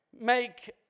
make